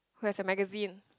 where is the magazine